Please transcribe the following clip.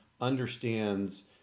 understands